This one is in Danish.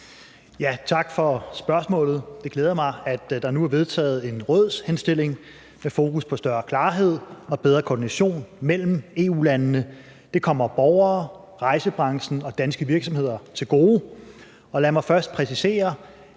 Tak for spørgsmålet. Det glæder mig, at der nu er vedtaget en rådshenstilling med fokus på større klarhed og bedre koordination mellem EU-landene. Det kommer borgere, rejsebranchen og danske virksomheder til gode. Lad mig først præcisere,